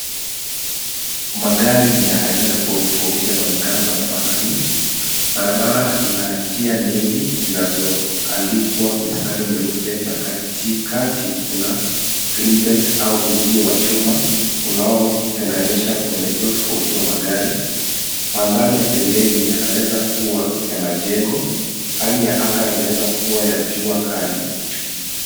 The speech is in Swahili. Magari ni ya aina tofauti tofauti yanaonekana barabarani. Barabara ina njia nyingi zinazo andikwa mistari mieupe. Na kati kati, kuna green belt au uzio wa chuma unaotenganisha mwelekeo tofauti wa magari. Mandhari ya pembeni yanaweza kuwa ya majengo. Hali ya anga inaweza kuwa ya jua kali.